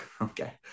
okay